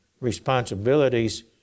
responsibilities